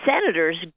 senators